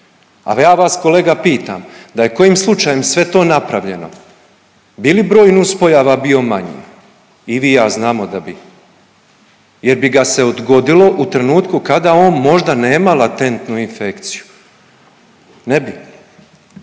A ja vas kolega pitam, da je kojim slučajem sve to napravljeno bi li broj nuspojava bio manji? I vi i ja znamo da bi jer bi ga se odgodilo u trenutku kada on možda nema latentnu infekciju. Ne bi,